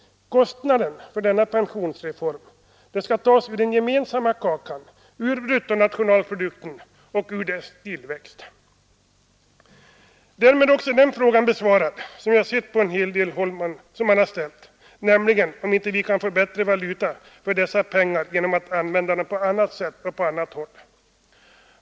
Kostnaden för denna pensionsreform skall tas ur den gemensamma kakan, ur bruttonationalprodukten och dess tillväxt. Därmed är också den fråga besvarad som jag sett på en del håll, nämligen om vi inte kan få bättre valuta för dessa pengar genom att använda dem på annat håll.